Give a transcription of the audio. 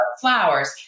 flowers